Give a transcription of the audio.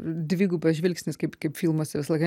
dvigubas žvilgsnis kaip kaip filmuose visą laiką